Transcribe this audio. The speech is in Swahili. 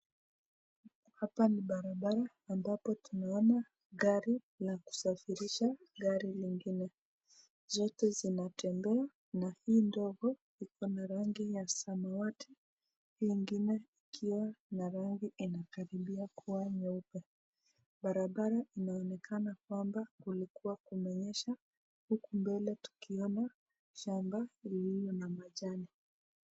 Hapa ni barabara ambapo tunaona gari la kusafirisha gari lingine. Zote zinatembea na hii ndogo iko na rangi ya samawati, hii ingine ikiwa na rangi yenye inakaribia kuwa nyeupe. Barabara inaonekana kwamba kulikuwa kumenyesha huku mbele tukiona shamba lililo na majani.